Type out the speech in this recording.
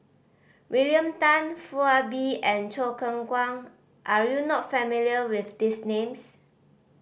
William Tan Foo Ah Bee and Choo Keng Kwang are you not familiar with these names